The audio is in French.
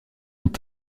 ont